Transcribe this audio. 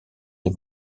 ses